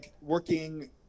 working